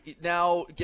Now